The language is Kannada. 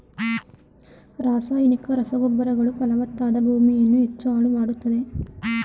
ರಾಸಾಯನಿಕ ರಸಗೊಬ್ಬರಗಳು ಫಲವತ್ತಾದ ಭೂಮಿಯನ್ನು ಹೆಚ್ಚು ಹಾಳು ಮಾಡತ್ತದೆ